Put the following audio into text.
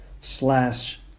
slash